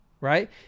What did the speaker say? Right